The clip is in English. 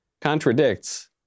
contradicts